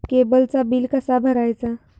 केबलचा बिल कसा भरायचा?